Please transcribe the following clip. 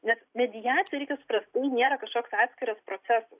nes mediacija reikia suprast ji nėra kažkoks atskiras procesas